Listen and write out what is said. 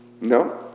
no